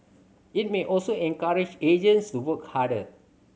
it may also encourage agents to work harder